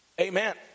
amen